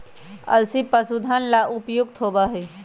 अलसी पशुधन ला उपयुक्त होबा हई